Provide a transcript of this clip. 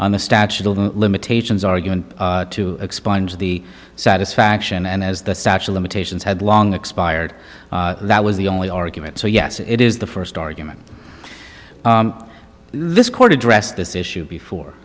on the statute of limitations argument to expunge the satisfaction and as the statue of limitations had long expired that was the only argument so yes it is the first argument this court addressed this issue before